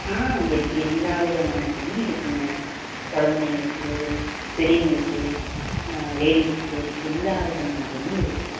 ஆ எல் எல்லா விதமான துணியும் இருக்குதுங்க குழந்தைங்களுக்கு பெரியவர்களுக்கு லேடிஸ்க்கு எல்லா விதமான துணியும் இருக்குது